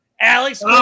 Alex